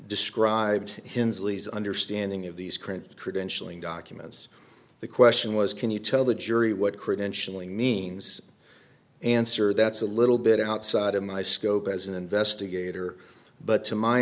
lee's understanding of these current credentialing documents the question was can you tell the jury what credentialing means answer that's a little bit outside of my scope as an investigator but to my